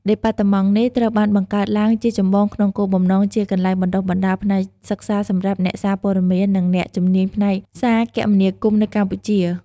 ដេប៉ាតឺម៉ង់នេះត្រូវបានបង្កើតឡើងជាចម្បងក្នុងគោលបំណងជាកន្លែងបណ្ដុះបណ្ដាលផ្នែកសិក្សាសម្រាប់ អ្នកសារព័ត៌មាន និង អ្នកជំនាញផ្នែកសារគមនាគមន៍ នៅកម្ពុជា។